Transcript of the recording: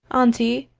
auntie,